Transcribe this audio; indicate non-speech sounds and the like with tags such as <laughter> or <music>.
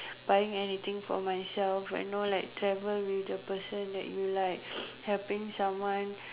buying anything for myself and go like travel with the person that you like <noise> helping someone